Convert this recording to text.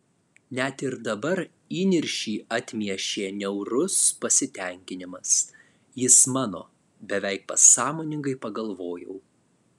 net ir dabar įniršį atmiešė niaurus pasitenkinimas jis mano beveik pasąmoningai pagalvojau